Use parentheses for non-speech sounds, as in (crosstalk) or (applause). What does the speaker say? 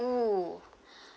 oo (breath)